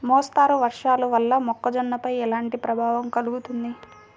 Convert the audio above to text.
మోస్తరు వర్షాలు వల్ల మొక్కజొన్నపై ఎలాంటి ప్రభావం కలుగుతుంది?